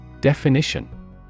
Definition